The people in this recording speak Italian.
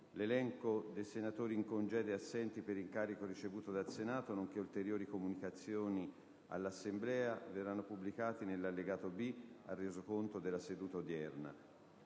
L'elenco dei senatori in congedo e assenti per incarico ricevuto dal Senato nonché ulteriori comunicazioni all'Assemblea saranno pubblicati nell'allegato B ai Resoconti della seduta. Avverte